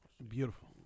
Beautiful